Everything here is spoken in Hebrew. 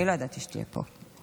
אני לא ידעתי שתהיה פה.